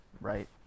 right